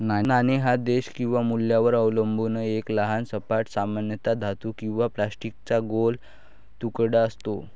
नाणे हा देश किंवा मूल्यावर अवलंबून एक लहान सपाट, सामान्यतः धातू किंवा प्लास्टिकचा गोल तुकडा असतो